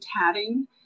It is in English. tatting